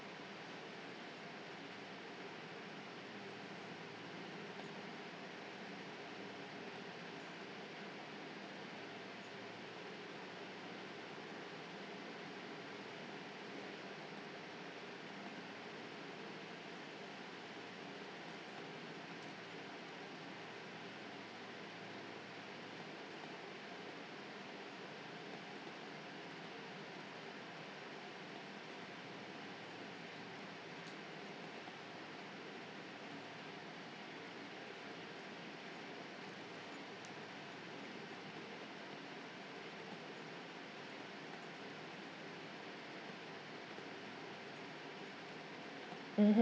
mmhmm